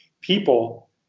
people